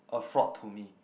a fraud to me